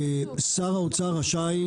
שר האוצר רשאי,